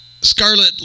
Scarlet